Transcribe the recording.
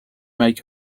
make